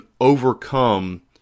overcome